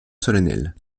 solennelle